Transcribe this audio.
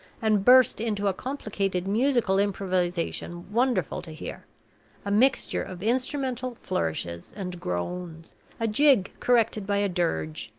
and burst into a complicated musical improvisation wonderful to hear a mixture of instrumental flourishes and groans a jig corrected by a dirge,